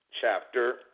chapter